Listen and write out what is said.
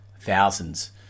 thousands